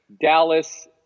Dallas